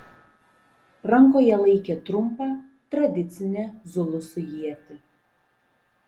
rankoje laikė trumpą tradicinę zulusų ietį